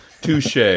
Touche